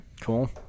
Cool